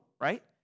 right